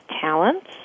talents